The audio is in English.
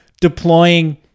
deploying